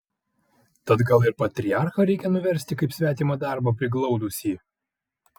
tad gal ir patriarchą reikia nuversti kaip svetimą darbą priglaudusį